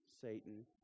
Satan